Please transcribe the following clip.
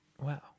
Wow